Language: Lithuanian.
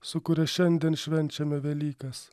su kuria šiandien švenčiame velykas